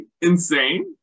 insane